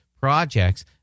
projects